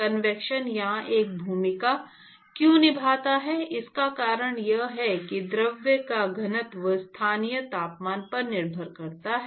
convection यहाँ एक भूमिका क्यों निभाता है इसका कारण यह है कि द्रव का घनत्व स्थानीय तापमान पर निर्भर करता है